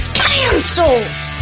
cancelled